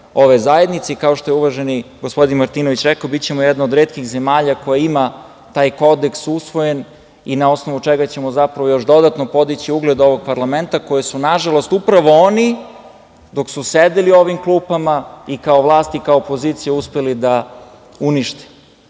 ove zajednice. Kao što je uvaženi gospodin Martinović rekao, bićemo jedna od retkih zemalja koja ima usvojen taj kodeks i na osnovu čega ćemo zapravo još dodatno podići ugled ovog parlamenta koji su, nažalost, upravo oni dok su sedeli u ovim klupama, i kao vlast i kao opozicija, uspeli da unište.Među